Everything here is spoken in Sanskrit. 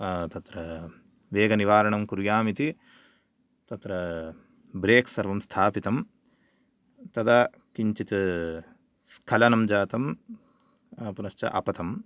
तत्र वेगनिवारणं कुर्याम् इति तत्र ब्रेक्स् सर्वं स्थापितं तदा किञ्चित् स्खलनं जातं पुनश्च अपतम्